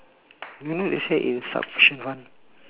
no it say insufficient fund